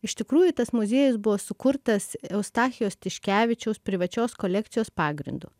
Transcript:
iš tikrųjų tas muziejus buvo sukurtas eustachijaus tiškevičiaus privačios kolekcijos pagrindu